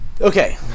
Okay